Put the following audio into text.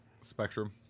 spectrum